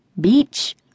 Beach